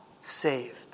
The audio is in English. saved